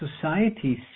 societies